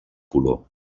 color